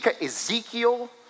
Ezekiel